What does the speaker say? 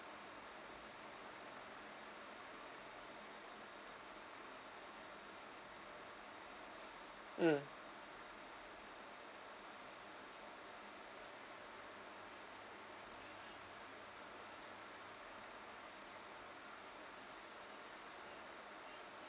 mm